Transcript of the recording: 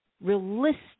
realistic